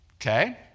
Okay